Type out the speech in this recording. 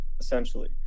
essentially